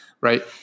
right